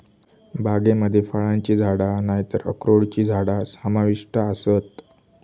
बागेमध्ये फळांची झाडा नायतर अक्रोडची झाडा समाविष्ट आसत